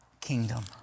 kingdom